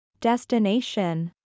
Destination